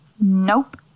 Nope